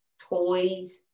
toys